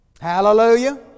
Hallelujah